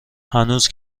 هنوز